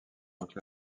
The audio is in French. trois